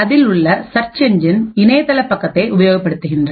அதில் உள்ள search engine இணையதள பக்கத்தை உபயோகப்படுத்துகின்றனர்